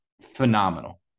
phenomenal